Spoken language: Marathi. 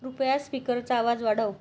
कृपया स्पीकरचा आवाज वाढव